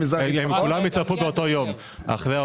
איך אתה